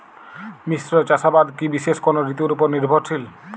মিশ্র চাষাবাদ কি বিশেষ কোনো ঋতুর ওপর নির্ভরশীল?